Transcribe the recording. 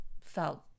felt